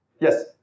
Yes